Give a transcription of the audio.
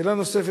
שאלה נוספת,